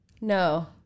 No